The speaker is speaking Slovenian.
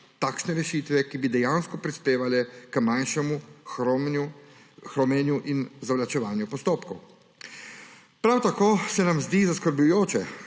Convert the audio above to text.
takšne rešitve, ki bi dejansko prispevale k manjšemu hromenju in zavlačevanju postopkov. Prav tako se nam zdi zaskrbljujoče,